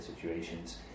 situations